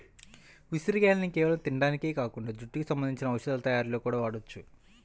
ఉసిరిగాయల్ని కేవలం తింటానికే కాకుండా జుట్టుకి సంబంధించిన ఔషధాల తయ్యారీలో గూడా వాడొచ్చు